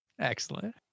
Excellent